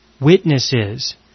witnesses